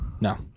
No